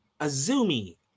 Azumi